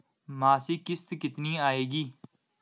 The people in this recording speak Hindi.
मासिक किश्त कितनी आएगी?